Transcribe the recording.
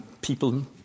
people